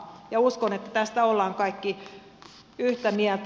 ja uskon että tästä olemme kaikki yhtä mieltä